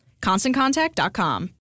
ConstantContact.com